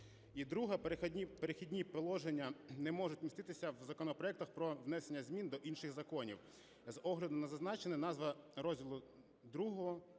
І друге. Перехідні положення не можуть міститися в законопроектах про внесення змін до інших законів. З огляду на зазначене, назва розділу ІІ